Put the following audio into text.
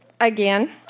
again